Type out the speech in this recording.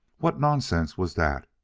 what nonsense was that.